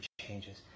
changes